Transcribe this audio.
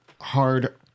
hard